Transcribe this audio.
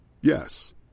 Yes